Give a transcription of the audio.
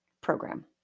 program